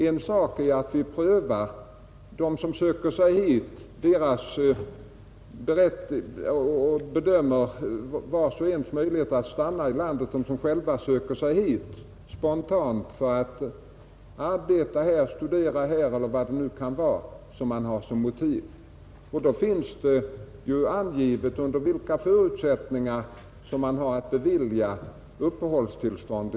En sak är att vi prövar ansökningarna från dem som själva spontant söker sig hit för att arbeta eller studera här, eller vilka motiv de nu kan ha, och bedömer vars och ens möjligheter att få stanna i landet. Då finns det angivet under vilka förutsättningar man har att bevilja uppehållstillstånd.